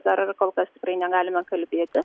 dar kol kas tikrai negalime kalbėti